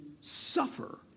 suffer